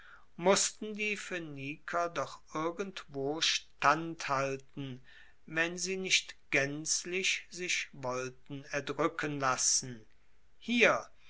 mussten die phoeniker doch irgendwo standhalten wenn sie nicht gaenzlich sich wollten erdruecken lassen hier